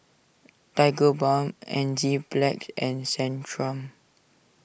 Tigerbalm Enzyplex and Centrum